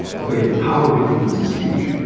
okay, the power of influence is huge.